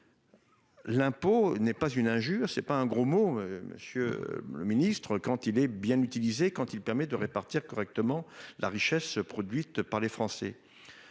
L'impôt n'est ni une injure ni un gros mot, monsieur le ministre, quand il est bien utilisé et qu'il permet de répartir correctement la richesse produite par les Français.